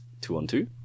two-on-two